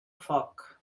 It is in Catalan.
foc